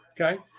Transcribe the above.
okay